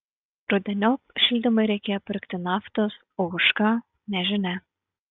rudeniop šildymui reikėjo pirkti naftos o už ką nežinia